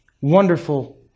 wonderful